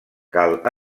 cal